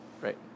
Right